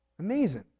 Amazing